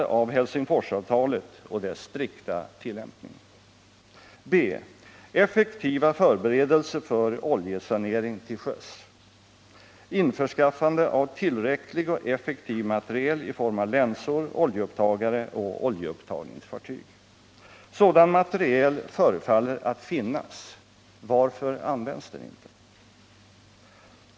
B. Effektiva förberedelser för oljesanering till sjöss: Införskaffande av tillräcklig och effektiv materiel i form av länsor, oljeupptagare och oljeupptagningsfartyg. Sådan materiel förefaller att finnas — varför används den inte?